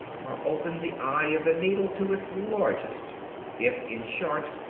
or open the eye of the needle to its largest if, in short,